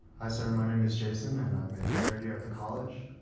hi, sir. my name is jason, and i'm a third year at the college.